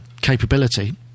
capability